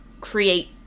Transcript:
create